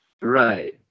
right